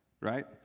Right